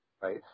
Right